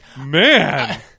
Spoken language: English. Man